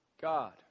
God